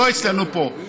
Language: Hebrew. לא אצלנו פה.